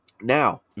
Now